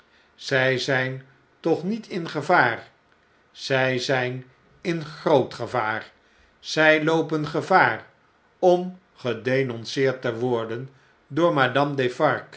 zy zyn toch niet in gevaar zy zgn in groot gevaar zy loopen gevaar om gedenonceerd te worden door madame